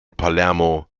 palermo